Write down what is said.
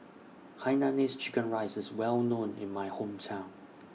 Hainanese Chicken Rice IS Well known in My Hometown